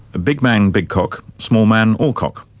big man, big cock small man, all cock',